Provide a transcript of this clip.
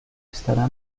estará